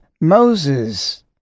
Moses